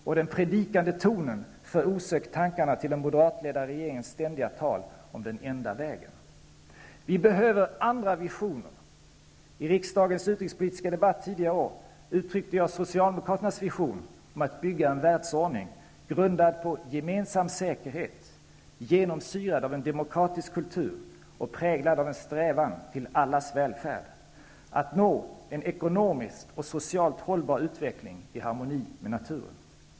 Och den predikande tonen för osökt tankarna till den moderatledda regeringens ständiga tal om ''den enda vägen''. Vi behöver andra visioner. I riksdagens utrikespolitiska debatt tidigare i år uttryckte jag Socialdemokraternas vision om att bygga en världsordning --genomsyrad av en demokratisk kultur och --präglad av en strävan till allas välfärd och till en ekonomiskt och socialt hållbar utveckling, i harmoni med naturen.